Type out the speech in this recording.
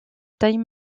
taille